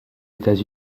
états